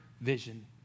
vision